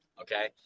okay